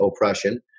oppression